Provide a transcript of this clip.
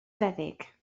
feddyg